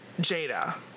Jada